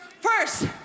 First